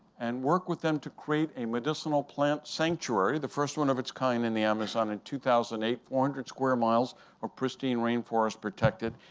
and work with them to create a medicinal plant sanctuary, the first one of its kind in the amazon in two thousand and eight, four hundred square miles of pristine rainforest protected.